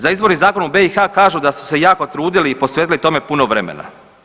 Za izborni zakon u BiH kažu da su se jako trudili i posvetili tome puno vremena.